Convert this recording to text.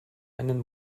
einen